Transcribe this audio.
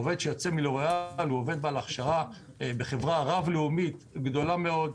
עובד שיוצא מלוריאל הוא עובד בעל הכשרה בחברה רב לאומית גדולה מאוד,